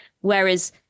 Whereas